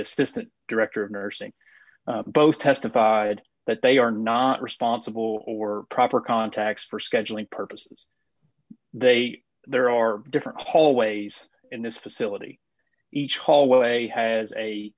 assistant director of nursing both testified that they are not responsible or proper contacts for scheduling purposes they there are different hallways in this facility each hallway has a